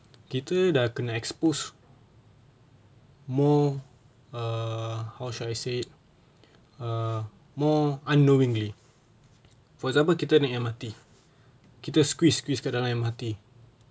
kita dah kena expose more err how should I say it uh more unknowingly for example kita naik M_R_T kita squeeze squeeze dekat M_R_T